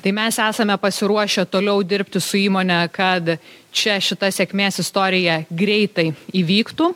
tai mes esam pasiruošę toliau dirbti su įmone kad čia šita sėkmės istorija greitai įvyktų